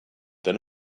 than